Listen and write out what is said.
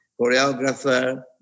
choreographer